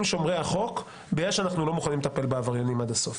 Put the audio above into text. שומרי החוק בגלל שאנחנו לא מוכנים לטפל בעבריינים עד הסוף.